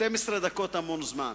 12 דקות זה המון זמן.